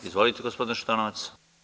Izvolite, gospodine Šutanovac.